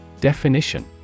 Definition